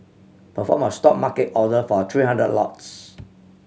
perform a Stop market order for three hundred lots